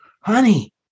Honey